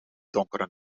donkere